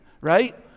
right